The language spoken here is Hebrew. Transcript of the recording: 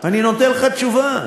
אני נותן לך תשובה.